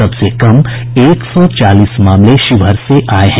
सबसे कम एक सौ चालीस मामले शिवहर से आये हैं